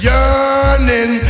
Yearning